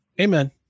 Amen